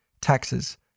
taxes